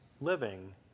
living